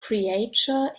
creature